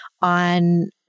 on